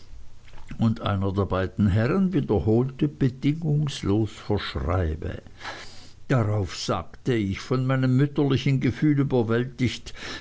und einer der beiden herren wiederholte bedingunglos verschreibe darauf sagte ich von meinem mütterlichen gefühl überwältigt